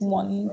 one